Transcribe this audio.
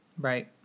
Right